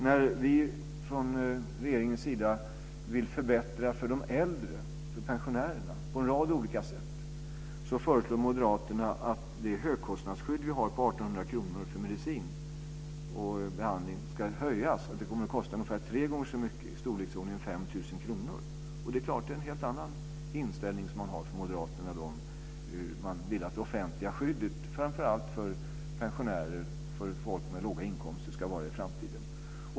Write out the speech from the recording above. När vi från regeringens sida vill förbättra för de äldre, för pensionärerna, på en rad olika sätt, föreslår moderaterna att det högkostnadsskydd som vi har på 1 800 kr för medicin och behandling ska höjas så att det kommer att kosta ungefär tre gånger så mycket, i storleksordningen 5 000 kr. Då är det klart att det är en helt annan inställning som man har från moderaterna i fråga om hur man vill att det offentliga skyddet för framför allt pensionärer, folk med låga inkomster, ska vara i framtiden.